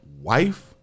wife